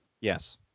Yes